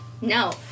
No